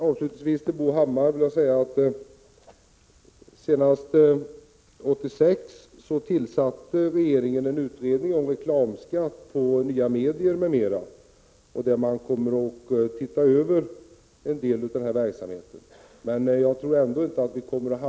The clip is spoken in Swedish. Avslutningsvis vill jag till Bo Hammar säga att regeringen så sent som 1986 tillsatte en utredning om reklamskatt på nya medier m.m. Den kommer att se över en del av den här verksamheten. Men jag tror ändå inte att vikommer = Prot.